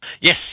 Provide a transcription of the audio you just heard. Yes